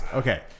okay